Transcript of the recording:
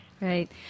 right